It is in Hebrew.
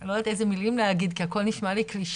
אני לא יודעת אילו מילים להגיד כי הכל נשמע לי קלישאה,